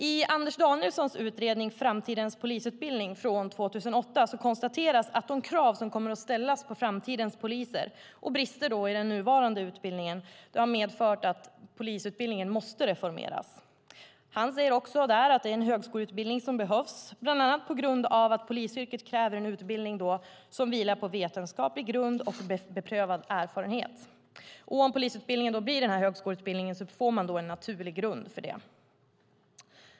I Anders Danielssons utredning Framtidens polisutbildning från 2008 konstateras att de krav som kommer att ställas på framtidens poliser och brister i den nuvarande polisutbildningen medför att polisutbildningen måste reformeras. Han säger också att det är en högskoleutbildning som behövs, bland annat på grund av att polisyrket kräver en utbildning som vilar på vetenskaplig grund och beprövad erfarenhet. Om polisutbildningen blir högskoleutbildning får man en naturlig grund för detta.